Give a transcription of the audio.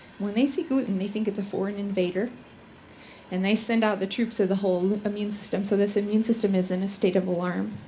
when they see gluten, they think it's a foreign invader and they send out the troops to the whole immune system, so this immune system is in a state of alarm.